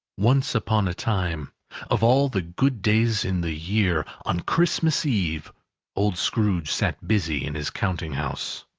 once upon a time of all the good days in the year, on christmas eve old scrooge sat busy in his counting-house.